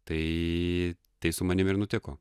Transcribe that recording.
tai tai su manim ir nutiko